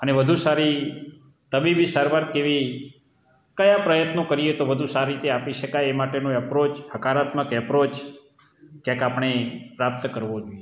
અને વધુ સારી તબીબી સારવાર કેવી કયા પ્રયત્નો કરીએ તો વધુ સારી રીતે આપી શકાય એ માટેનો અપરોચ હકારાત્મક એપ્રોચ ક્યાંક આપણે પ્રાપ્ત કરવો